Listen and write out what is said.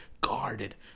guarded